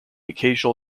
occasional